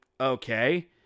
Okay